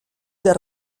del